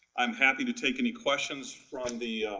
i'm happy to take any questions from the.